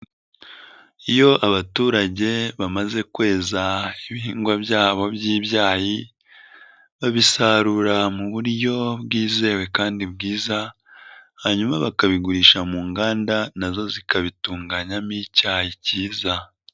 Iyo abaturage bamaze kweza ibihingwa byabo by'ibyayi, babisarura mu buryo bwizewe kandi bwiza, hanyuma bakabigurisha mu nganda na zo zikabitunganyamo icyayi cyiza.